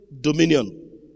dominion